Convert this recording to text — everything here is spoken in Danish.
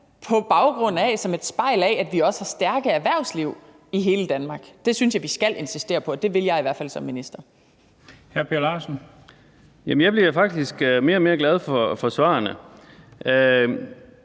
Danmark, som et spejl af at vi også har stærke erhvervsliv i hele Danmark. Det synes jeg vi skal insistere på, det vil jeg i hvert fald som minister. Kl. 16:25 Den fg. formand (Bent Bøgsted): Hr. Per Larsen.